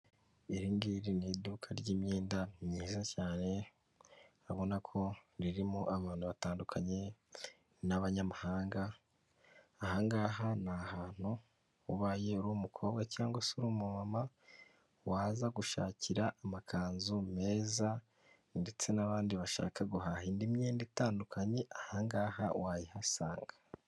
Iri ngiri ni iduka ry'imyenda myiza cyane, urabona ko ririmo abantu batandukanye n'abanyamahanga, ahangaha ni ahantu ubaye uri umumukobwa cyangwa se uri umumama waza gushakira amakanzu meza, ndetse n'abandi bashaka guhaha indi myenda itandukanye ahangaha wayihasanga.